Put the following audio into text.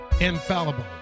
infallible